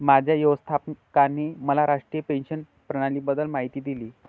माझ्या व्यवस्थापकाने मला राष्ट्रीय पेन्शन प्रणालीबद्दल माहिती दिली